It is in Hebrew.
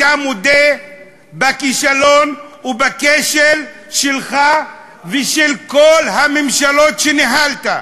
אתה מודה בכישלון ובכשל שלך ושל כל הממשלות שניהלת,